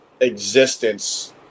existence